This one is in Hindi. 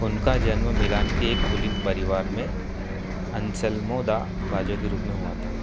उनका जन्म मिलान के एक कुलीन परिवार में अन्सेल्मो दा बाजो के रूप में हुआ था